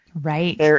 Right